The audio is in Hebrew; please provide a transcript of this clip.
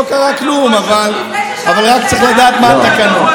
לא קרה כלום, אבל רק צריך לדעת מה התקנון.